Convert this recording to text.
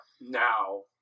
now